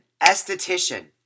Esthetician